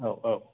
औ औ